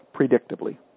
Predictably